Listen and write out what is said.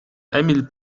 emil